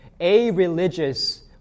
a-religious